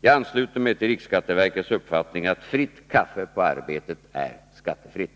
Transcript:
Jag ansluter mig till riksskatteverkets uppfattning att fritt kaffe på arbetet är skattefritt.